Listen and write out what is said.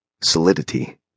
Solidity